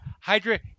Hydra